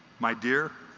my dear